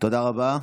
תודה רבה.